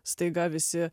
staiga visi